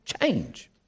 change